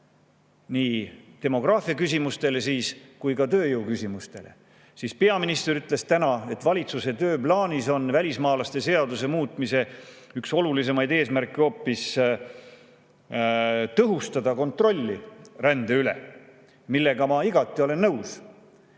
nii demograafiaküsimustele kui ka tööjõu küsimustele [lahenduseks]. Peaminister ütles täna, et valitsuse tööplaanis oleva välismaalaste seaduse muutmise üks olulisemaid eesmärke on hoopis tõhustada kontrolli rände üle, millega ma olen igati nõus.